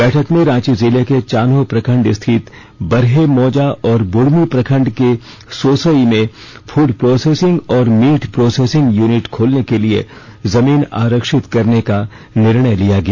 बैठक में रांची जिले के चान्हो प्रखंड स्थित बरहे मौजा और बुढ़मू प्रखंड के सोसई में फूड प्रोसेसिंग और मीट प्रोसेसिंग यूनिट खोलने के लिए जमीन आरक्षित करने का निर्णय लिया गया